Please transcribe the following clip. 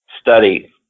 study